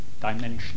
dimension